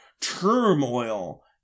turmoil